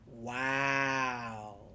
wow